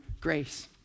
grace